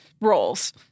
roles